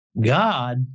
God